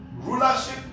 rulership